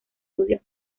studios